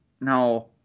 no